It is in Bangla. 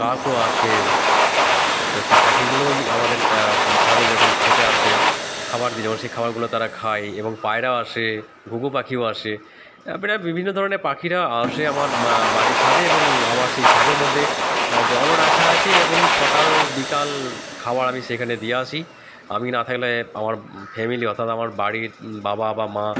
কাকও আসে তো সব পাখিগুলোই আমাদের ছাদে যখন খেতে আসে খাবার দিয়ে যখন সেই খাবারগুলো তারা খায় এবং পায়রা আসে ঘুঘু পাখিও আসে এবার বিভিন্ন ধরনের পাখিরা আসে আমার বাড়ির ছাদে এবং আমার সেই ছাদের মধ্যে জলও রাখা আছে এবং সকাল বিকাল খাবার আমি সেখানে দিয়ে আসি আমি না থাকলে আমার ফ্যামিলি অর্থাৎ আমার বাড়ির বাবা বা মা